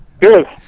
Good